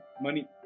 money